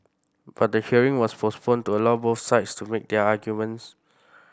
but the hearing was postponed to allow both sides to make their arguments